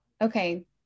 okay